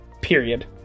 period